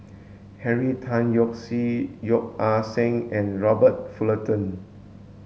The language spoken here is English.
Henry Tan Yoke See Yeo Ah Seng and Robert Fullerton